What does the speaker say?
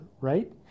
right